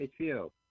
HBO